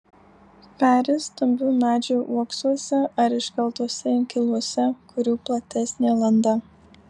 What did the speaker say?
peri stambių medžių uoksuose ar iškeltuose inkiluose kurių platesnė landa